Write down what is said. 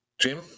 jim